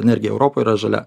energija europoj yra žalia